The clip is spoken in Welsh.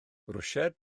rwsiaidd